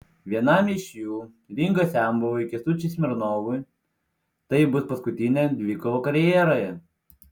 vienam iš jų ringo senbuviui kęstučiui smirnovui tai bus paskutinė dvikova karjeroje